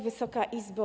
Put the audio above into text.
Wysoka Izbo!